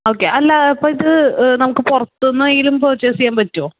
okay അല്ല അപ്പോൾ ഇത് നമുക്ക് പുറത്ത് നിന്നായാലും പർച്ചെസ് ചെയ്യാൻ പറ്റുവോ